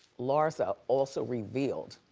larsa also revealed.